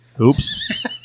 Oops